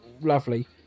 Lovely